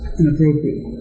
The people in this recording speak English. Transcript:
inappropriate